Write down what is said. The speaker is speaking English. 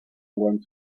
want